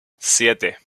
siete